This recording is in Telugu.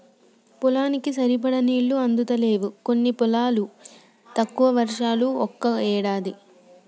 పొలానికి సరిపడా నీళ్లు అందుతలేవు కొన్ని పొలాలకు, తక్కువ వర్షాలు ఒక్కో ఏడాది